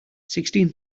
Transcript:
sixteen